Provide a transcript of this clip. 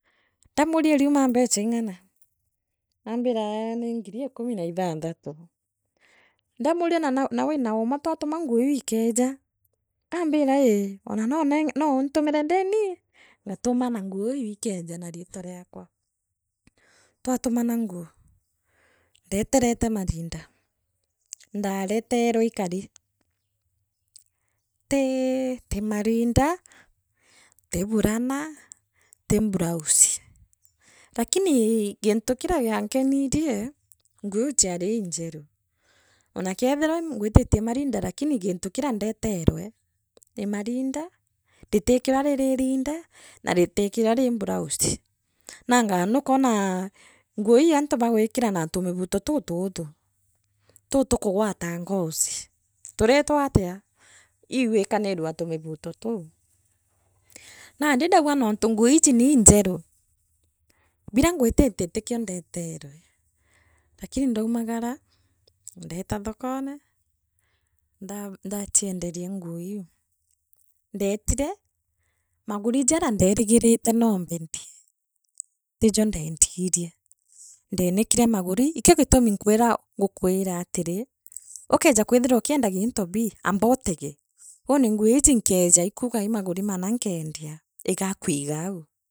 hh ndamuria iriuma mecha ing’ana, aambira ee nii ngiri ikumi na inthantatu, ndamuuria na na wina uuma twatuma nguu iu ikeeja ambira ii oona noo nee noo untumire ndiini. ngatumana nguu iu ikeeja na riitwa riakwa. Twatumana nguu ndeterete marinda, ndaareteee rwe ikari tiiiii tii marinda. tii burana, tii bulausi, lakini gintu kina giankeniriee nguo iu chiari injeru oona keethirwa hmm ngwititie marinda lakini ii gintu kiria kia ndeterwe ritiikirwa riri iriinda na riitikirwa riri mblausi, nangaa nu kwooona nguuo ii antu bagwikira na tumiguto tutuuthu, tuthuu tukugwata ngozi, turiitwa atia iu igwiikanirua na tumiguto tuu. Nandi ndauga nontu nguu iiji nii injeru, biria ngwititie tikio ndeeterwe, lakini ndaumagara, ndeeta thokone, nda ndachiendena nguu iu, ndeetire, maguri jaria ndeerigirite noombendie, tijo ndeendirie. ndeenikire maguri ikio gitumi nkwira ngukwira atiri ukeeja kwithira ukiendagia into bii amba otege woone nguu iiji nkeeja ikuuga ii maguri mana nkeendia igakwiiga au.